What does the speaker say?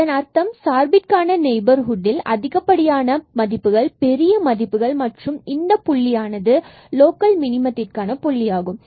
இதன் அர்த்தம் சார்பிற்கான நெய்பர்ஹுட்ல் அதிகப்படியான மதிப்புகள் பெரிய மதிப்புகள் மற்றும் இந்த00 புள்ளியானது லோக்கல் மினிம்மத்திக்கான புள்ளி ஆகும்